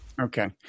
Okay